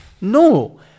No